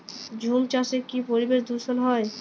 ঝুম চাষে কি পরিবেশ দূষন হয়?